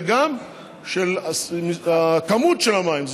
וגם של הכמות של המים.